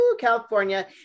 California